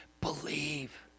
Believe